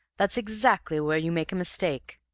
that's exactly where you make a mistake.